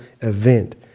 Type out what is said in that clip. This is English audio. event